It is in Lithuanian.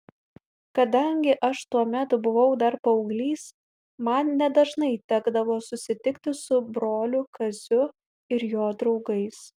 kadangi aš tuomet buvau dar paauglys man nedažnai tekdavo susitikti su broliu kaziu ir jo draugais